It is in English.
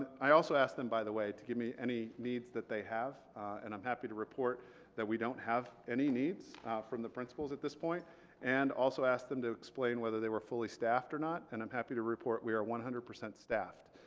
i also asked them by the way to give me any needs that they have and i'm happy to report that we don't have any needs from the principals at this point and also asked them to explain whether they were fully-staffed or not and i'm happy to report we are one hundred percent staffed.